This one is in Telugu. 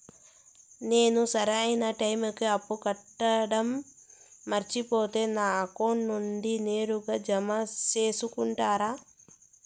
నేను సరైన టైముకి అప్పు కట్టడం మర్చిపోతే నా అకౌంట్ నుండి నేరుగా జామ సేసుకుంటారా?